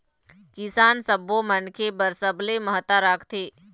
किसान सब्बो मनखे बर सबले महत्ता राखथे